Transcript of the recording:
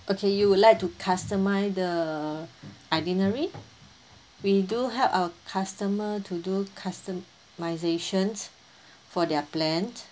okay you would like to customise the itinerary we do help our customer to do customisation for their plans